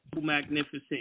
magnificent